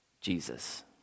Jesus